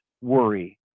worry